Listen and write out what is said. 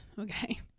okay